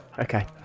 Okay